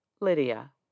Lydia